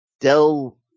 Dell